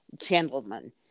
gentlemen